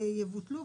יבוטלו ,